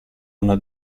una